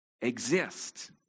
exist